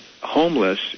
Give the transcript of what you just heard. homeless